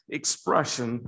expression